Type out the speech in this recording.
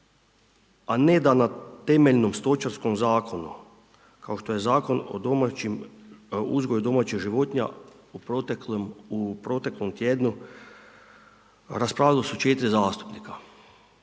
a ne da na temeljnom stočarskom zakonu kao što je Zakon o uzgoju domaćih životinja u proteklom tjednu raspravljala su 4 zastupnika.